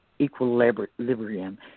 equilibrium